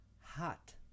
hot